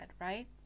right